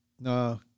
No